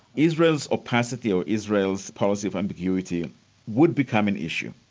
israel's opacity or israel's policy of ambiguity would become an issue.